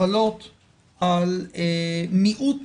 על מיעוט